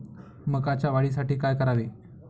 मकाच्या वाढीसाठी काय करावे?